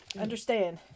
understand